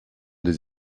des